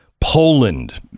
Poland